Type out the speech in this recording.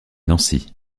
nancy